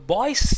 Boys